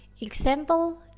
Example